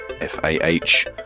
f-a-h